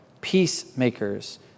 Peacemakers